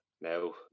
now